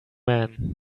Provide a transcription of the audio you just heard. man